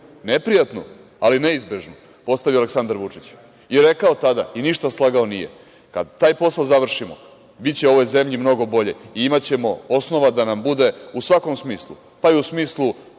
neprijatnu ali neizbežnu, postavio Aleksandar Vučić, i rekao tada, i ništa slagao nije - kad taj posao završimo, biće ovoj zemlji mnogo bolje i imaćemo osnova da nam bude, u svakom smislu, pa i u smislu